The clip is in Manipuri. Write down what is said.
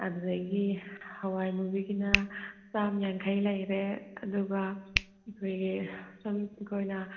ꯑꯗꯨꯗꯒꯤ ꯍꯋꯥꯏ ꯃꯨꯕꯤꯒꯤꯅ ꯆꯥꯝꯌꯥꯡꯈꯩ ꯂꯩꯔꯦ ꯑꯗꯨꯒ ꯑꯩꯈꯣꯏꯒꯤ ꯁꯨꯝ ꯑꯩꯈꯣꯏꯅ